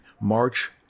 March